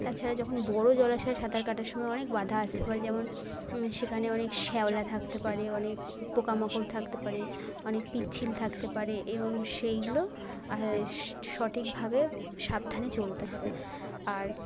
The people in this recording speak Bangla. তাছাড়া যখন বড়ো জলাশয়ে সাঁতার কাটার সময়ে অনেক বাঁধা আসতে পারে যেমন সেখানে অনেক শ্যাওলা থাকতে পারে অনেক পোকা মাকড় থাকতে পারে অনেক পিচ্ছল থাকতে পারে এবং সেইগুলো সঠিকভাবে সাবধানে চলতে হবে আর